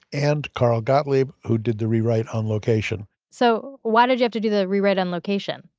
and carl gottlieb, who did the rewrite on location so, why did you have to do the rewrite on location?